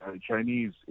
Chinese